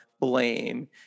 Blame